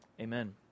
Amen